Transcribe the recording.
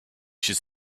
should